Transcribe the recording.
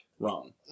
Wrong